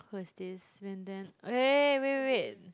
who is this been then wait wait wait wait